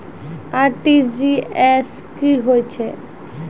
RTGS की होय छै?